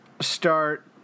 start